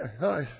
hi